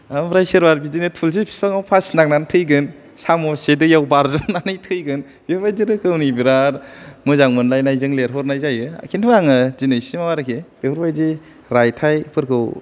ओमफ्राय सोरबा बिदिनो थुलुंसि बिफांआव फासि नांनानै थैगोन साम'ससे दैआव बारज्रुमनानै थैगोन बेफोरबायदि रोखोमनि बिराद मोजां मोनलायनायजों लिरहरनाय जायो किन्तु आङो दिनैसिम आरोखि बेफोरबायदि रायथाइफोरखौ